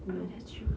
ah that's true